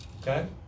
okay